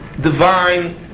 divine